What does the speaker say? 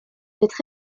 être